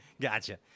Gotcha